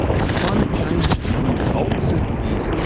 as climate change challenges old certainties,